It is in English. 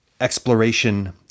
exploration